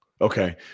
Okay